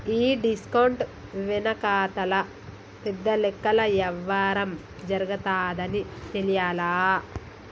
ఈ డిస్కౌంట్ వెనకాతల పెద్ద లెక్కల యవ్వారం జరగతాదని తెలియలా